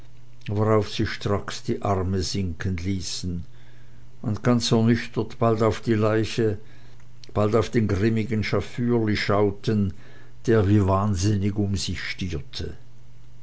worauf sie stracks die arme sinken ließen und ganz ernüchtert bald auf die leiche bald auf den grimmigen schafürli schauten der wie wahnsinnig um sich stierte